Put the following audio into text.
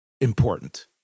important